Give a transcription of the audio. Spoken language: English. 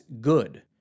good